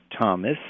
Thomas